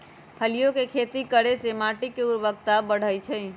फलियों के खेती करे से माटी के ऊर्वरता बढ़ई छई